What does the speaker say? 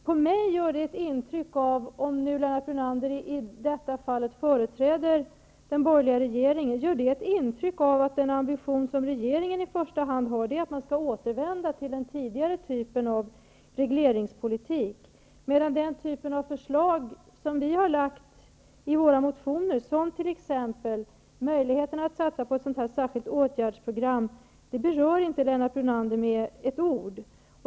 På mig ger det ett intryck -- om Lennart Brunander i detta fall företräder den borgerliga regeringen -- av att den ambition som regeringen i första hand har är att återvända till den tidigare typen av regleringspolitik. De förslag som vi har lagt i våra motioner, t.ex. möjligheterna att satsa på ett särskilt åtgärdsprogram, berör Lennart Brunander inte med ett ord.